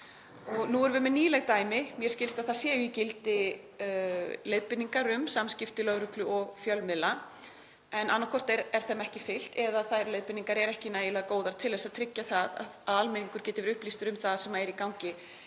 Nú erum við með nýleg dæmi og mér skilst að það séu í gildi leiðbeiningar um samskipti lögreglu og fjölmiðla, en annaðhvort er þeim ekki fylgt eða þær eru ekki nægilega góðar til að tryggja að almenningur geti verið upplýstur um það sem er í gangi